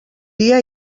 dia